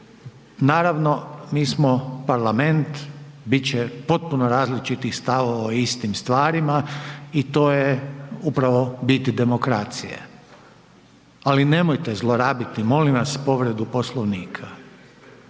Naravno, mi smo parlament, bit će potpuno različitih stavova o istim stvarima i to je upravo bit demokracije. Ali nemojte zlorabiti, molim vas, povredu Poslovnika.